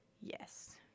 Yes